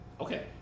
Okay